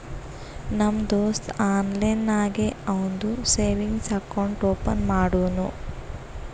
ನಮ್ ದೋಸ್ತ ಆನ್ಲೈನ್ ನಾಗೆ ಅವಂದು ಸೇವಿಂಗ್ಸ್ ಅಕೌಂಟ್ ಓಪನ್ ಮಾಡುನೂ